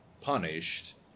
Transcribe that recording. punished